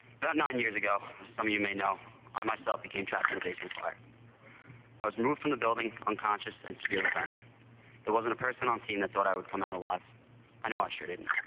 but nine years ago, some you may know i myself became trapped in a basement fire i was moved from the building unconscious and severely burned there wasn't a person on scene i thought i would come out alive i know i sure didn't